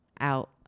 out